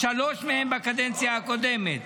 שלושה מהם בקדנציה הקודמת,